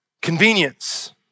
convenience